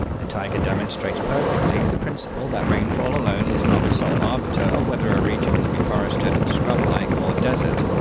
the taiga demonstrates perfectly the principle that rainfall alone is not the sole arbiter of whether a region will be forested, scrub-like or desert.